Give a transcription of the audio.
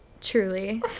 Truly